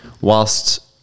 whilst